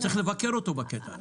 צריך לבקר אותו בקטע הזה.